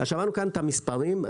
שמענו כאן את המספרים.